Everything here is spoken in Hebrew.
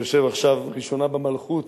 היושב עכשיו ראשונה במלכות,